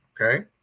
Okay